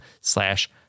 slash